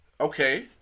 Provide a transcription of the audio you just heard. Okay